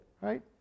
right